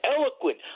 eloquent